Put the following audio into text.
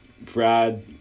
Brad